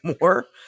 more